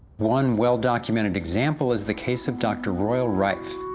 one well-documented example is the case of dr. royal rife.